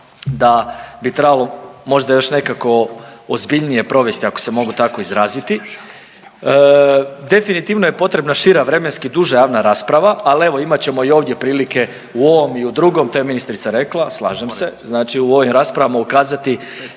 da bi trebalo možda još nekako ozbiljnije provesti ako se mogu tako izraziti. Definitivno je potrebna šira i vremenski duža javna rasprava, al evo imat ćemo i ovdje prilike u ovom i u drugom, to je ministrica rekla, slažem se, znači u ovim raspravama ukazati